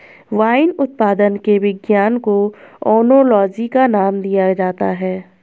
wine उत्पादन के विज्ञान को ओनोलॉजी नाम दिया जाता है